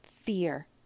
fear